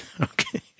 Okay